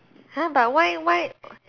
!huh! but why why